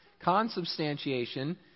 Consubstantiation